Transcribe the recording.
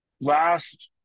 Last